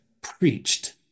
preached